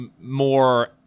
more